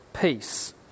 peace